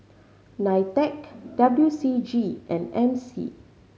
NITEC W C G and M C